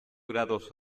grados